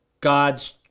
God's